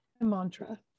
mantra